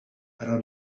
però